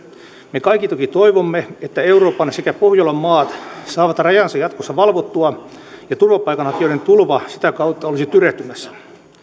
me kaikki toki toivomme että euroopan sekä pohjolan maat saavat rajansa jatkossa valvottua ja turvapaikanhakijoiden tulva sitä kautta olisi tyrehtymässä